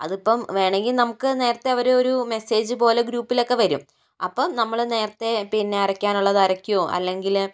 അതിപ്പോൾ വേണമെങ്കിൽ നമുക്ക് നേരത്തെ അവരൊരു മെസ്സേജ് പോലെ ഗ്രൂപ്പിലൊക്കെ വരും അപ്പോൾ നമ്മൾ നേരത്തെ പിന്നെ അരയ്ക്കാനുള്ളത് അരയ്ക്കുകയോ അല്ലെങ്കിൽ